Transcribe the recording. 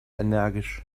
energisch